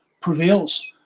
prevails